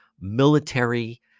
military –